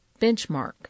benchmark